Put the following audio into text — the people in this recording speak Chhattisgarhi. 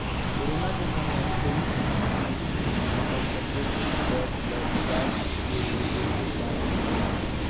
कोरोना के समे कइझन मइनसे मन अपन सबो चीच बस ल बिगाड़ के ले देके बांचिसें